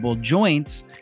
joints